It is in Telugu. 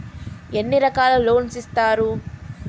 ఎన్ని రకాల లోన్స్ ఇస్తరు?